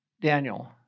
Daniel